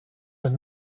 than